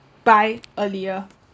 buy earlier